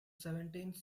seventeenth